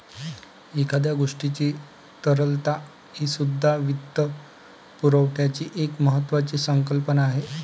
एखाद्या गोष्टीची तरलता हीसुद्धा वित्तपुरवठ्याची एक महत्त्वाची संकल्पना आहे